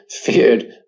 feared